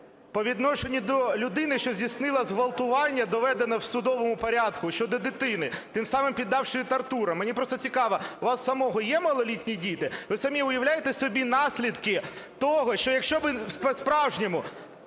по відношенню до людини, що здійснила зґвалтування, доведено в судовому порядку, щодо дитини, тим самим піддавши її тортурам, - мені просто цікаво, у вас в самого є малолітні діти? Ви самі уявляєте собі наслідки того, що якщо би по-справжньому,